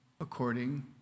according